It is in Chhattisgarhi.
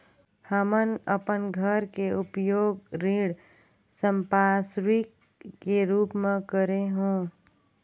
हमन अपन घर के उपयोग ऋण संपार्श्विक के रूप म करे हों